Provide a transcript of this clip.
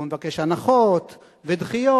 הוא מבקש הנחות ודחיות,